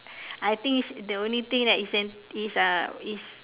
I think is the only thing that is sens~ is uh